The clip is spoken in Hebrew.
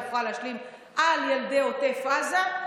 יוכל להשלים על ילדי עוטף עזה.